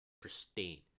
pristine